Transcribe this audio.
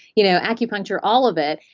you know acupuncture, all of it,